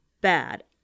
bad